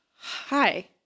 Hi